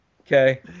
Okay